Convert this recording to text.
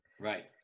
Right